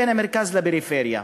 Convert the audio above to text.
בין המרכז לפריפריה,